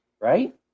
right